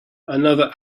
another